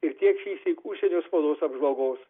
ir tiek šįsyk užsienio spaudos apžvalgos